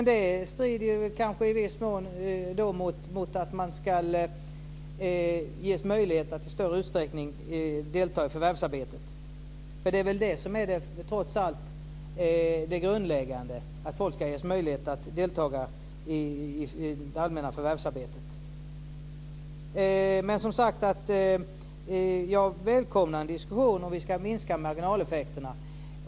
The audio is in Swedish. Det strider då mot att man ska ges möjlighet att delta i det allmänna förvärvsarbetet, vilket trots allt är det som är grundläggande. Jag välkomnar en diskussion om ifall vi ska minska marginaleffekterna.